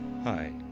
Hi